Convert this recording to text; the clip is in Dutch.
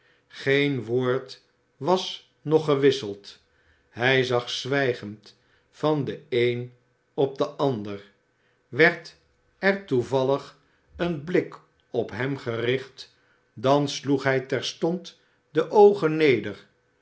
geen woord was nog gewisseld hij zag zwijgend van den een op den ander werd er toevallig een blik op hem gericht dan sloeg hij olivier twist terstond de oogen neder